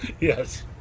Yes